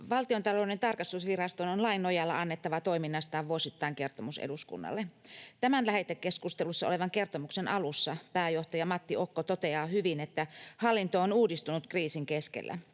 Valtiontalouden tarkastusviraston on lain nojalla annettava toiminnastaan vuosittain kertomus eduskunnalle. Tämän lähetekeskustelussa olevan kertomuksen alussa pääjohtaja Matti Okko toteaa hyvin, että hallinto on uudistunut kriisin keskellä: